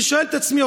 אני שואל את עצמי,